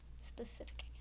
specific